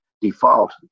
default